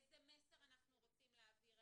איזה מסר אנחנו רוצים להעביר.